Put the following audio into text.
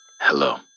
Hello